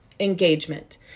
engagement